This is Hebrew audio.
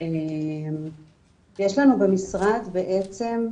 יש לנו במשרד בעצם,